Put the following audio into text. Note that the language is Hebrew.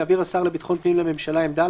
יעביר השר לביטחון הפנים לממשלה עמדה,